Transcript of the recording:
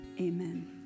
Amen